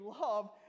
love